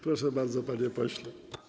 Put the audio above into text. Proszę bardzo, panie pośle.